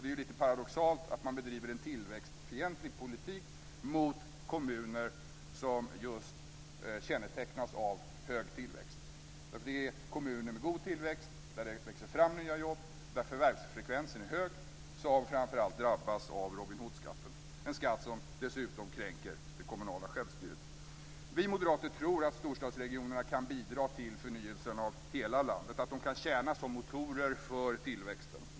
Det är ju litet paradoxalt att man bedriver en tillväxtfientlig politik mot kommuner som just kännetecknas av hög tillväxt. Det är nämligen framför allt kommuner med god tillväxt, där det växer fram nya jobb, där förvärvsfrekvensen är hög, som drabbas av Robin Hood-skatten; en skatt som dessutom kränker det kommunala självstyret. Vi moderater tror att storstadsregionerna kan bidra till förnyelsen av hela landet, att de kan tjäna som motorer för tillväxten.